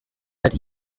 that